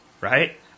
right